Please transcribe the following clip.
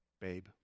babe